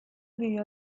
vivió